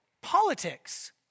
Politics